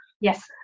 yes